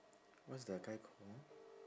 what's that guy called